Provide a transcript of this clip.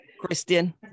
Christian